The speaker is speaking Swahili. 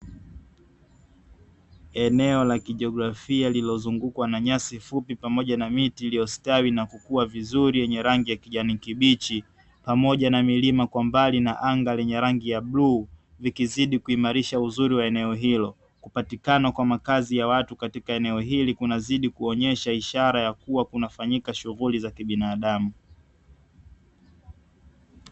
Eneo La kijeografia lililozungukwa na nyasi fupi pamoja na miti iliostawi na kukua vizuri yenye rangi ya kijani kijichi pamoja na milima kwa mbali na anga lenye rangi ya bluu likizidi kuimarisha uzuri wa eneo hilo. kupatikana kwa makazi ya watu katika eneo hili likizidi kuonesha ishara ya kufanyika shunghuli za kibinadamu.